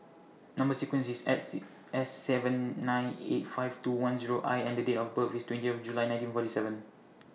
Number sequence IS S Say S seven nine eight five two one Zero I and The Date of birth IS twenty of July nineteen forty seven